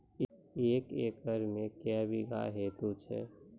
एक एकरऽ मे के बीघा हेतु छै?